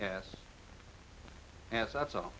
yes yes that's all